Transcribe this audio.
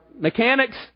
mechanics